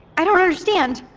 i don't understand.